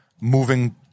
moving